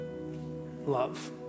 love